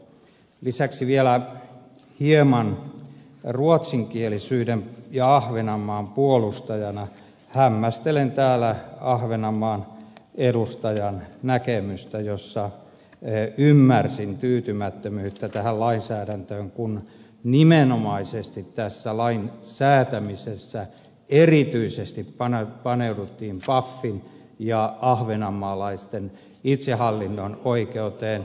lisäksi vielä hieman ruotsinkielisyyden ja ahvenanmaan puolustajana hämmästelen täällä ahvenanmaan edustajan näkemystä jossa ymmärsin tyytymättömyyttä tähän lainsäädäntöön kun nimenomaisesti tässä lain säätämisessä erityisesti paneuduttiin pafin ja ahvenanmaalaisten itsehallinnon oikeuteen